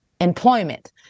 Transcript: employment